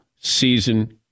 season